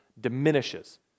diminishes